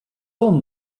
all